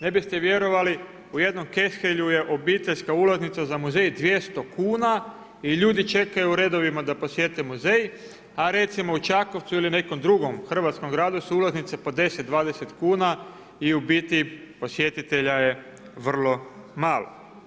Ne biste vjerovali u jednom Keszhely-u je obiteljska ulaznica za muzej 200 kuna i ljudi čekaju u redovima da posjete muzej, a recimo u Čakovcu ili nekom drugom hrvatskom gradu su ulaznice po 10, 20 kuna i u biti posjetitelja je vrlo malo.